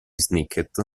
snicket